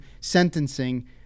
sentencing